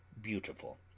beautiful